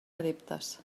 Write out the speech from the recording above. adeptes